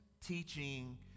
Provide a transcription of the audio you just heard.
teaching